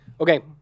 Okay